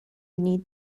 بینی